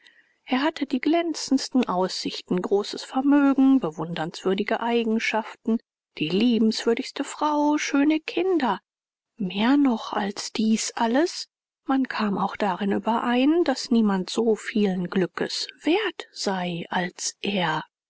er hatte die glänzendsten aussichten großes vermögen bewundernswürdige eigenschaften die liebenswürdigste frau schöne kinder mehr noch als dies alles man kam auch darin überein daß niemand so vielen glückes wert sei als er